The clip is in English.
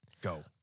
go